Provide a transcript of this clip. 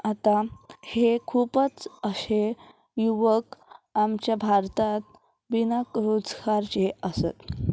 आतां हे खुबच अशे युवक आमच्या भारतांत बिना रोजगारचे आसत